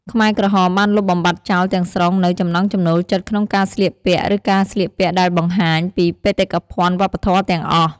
ខ្មែរក្រហមបានលុបបំបាត់ចោលទាំងស្រុងនូវ ចំណង់ចំណូលចិត្តក្នុងការស្លៀកពាក់ ឬការស្លៀកពាក់ដែលបង្ហាញពី បេតិកភណ្ឌវប្បធម៌ ទាំងអស់។